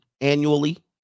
annually